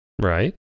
Right